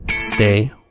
stay